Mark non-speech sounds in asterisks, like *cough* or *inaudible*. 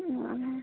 *unintelligible*